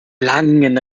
langen